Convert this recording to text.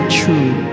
true